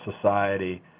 society